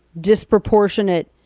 disproportionate